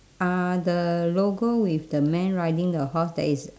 uh the logo with the man riding the horse that is